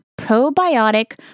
Probiotic